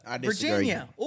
Virginia